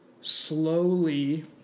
slowly